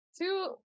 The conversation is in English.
two